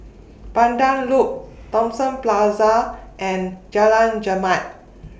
Pandan Loop Thomson Plaza and Jalan Chermat